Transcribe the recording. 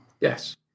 Yes